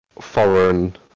foreign